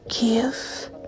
give